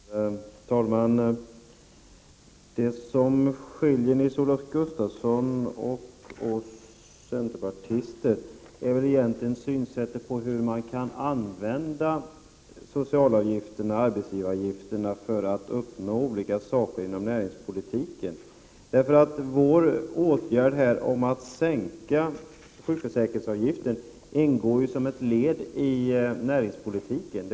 Herr talman! Det som skiljer Nils-Olof Gustafsson och oss centerpartister är synsättet på hur man kan använda de sociala avgifterna, arbetsgivaravgifterna, för att uppnå olika mål inom näringspolitiken. Vårt förslag om att sänka sjukförsäkringsavgiften ingår som ett led i näringspolitiken.